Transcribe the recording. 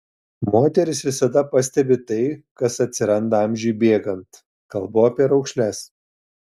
moterys visada pastebi tai kas atsiranda amžiui bėgant kalbu apie raukšles